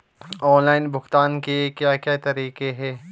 Online भुगतान के क्या क्या तरीके हैं?